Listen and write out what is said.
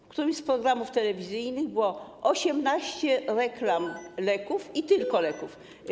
W którymś z programów telewizyjnych było 18 reklam leków, i tylko leków.